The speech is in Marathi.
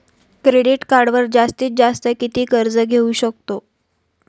क्रेडिट कार्डवर जास्तीत जास्त किती कर्ज घेऊ शकतो?